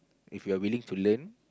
if you're willing to learn